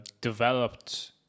developed